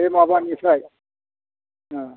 बे माबानिफ्राय अ